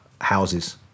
houses